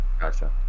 gotcha